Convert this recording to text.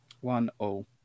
One-all